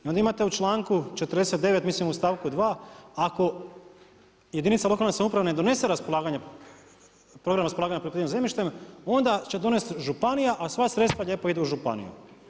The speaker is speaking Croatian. I onda imate u čl.49. mislim u stavku 2, ako jedinica lokalne samouprave ne donese raspolaganje, problem raspolaganje poljoprivrednim zemljištem, onda će donesti županija, a sva sredstva lijepo idu u županiju.